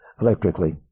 Electrically